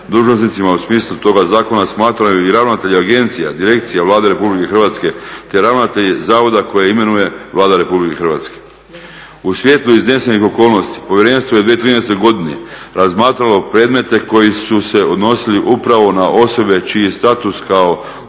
u smislu toga zakona smatraju i ravnatelji agencija, direkcija Vlade RH, te ravnatelj zavoda koje imenuje Vlada RH. U svjetlu iznesenih okolnosti povjerenstvo je u 2013.godini razmatralo predmete koji su se odnosili upravo na osobe čiji status kao dužnosnika